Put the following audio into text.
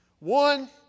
One